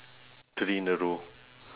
three in a row